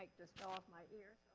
like just fell off my ear.